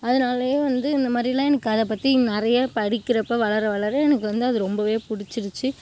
அதனாலயே வந்து இந்த மாதிரிலாம் எனக்கு அதை பற்றி நிறையா படிக்கிறப்போ வளர வளர எனக்கு வந்து அது ரொம்பவே பிடிச்சிருச்சி